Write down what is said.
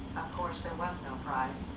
course, there was no prize.